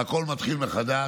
הכול מתחיל מחדש.